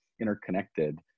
interconnected